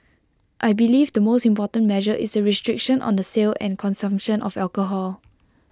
I believe the most important measure is the restriction on the sale and consumption of alcohol